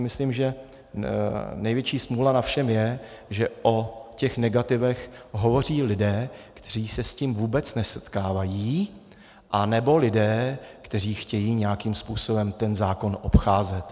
Myslím si, že největší smůla na všem je, že o těch negativech hovoří lidé, kteří se s tím vůbec nesetkávají, anebo lidé, kteří chtějí nějakým způsobem ten zákon obcházet.